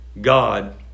God